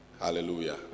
Hallelujah